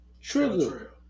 Trigger